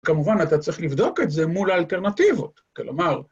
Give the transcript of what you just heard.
כמובן, אתה צריך לבדוק את זה מול האלטרנטיבות. כלומר...